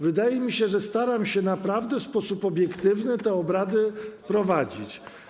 Wydaje mi się, że staram się naprawdę w sposób obiektywny te obrady prowadzić.